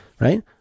right